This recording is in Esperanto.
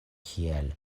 kiel